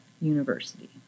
University